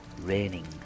raining